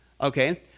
okay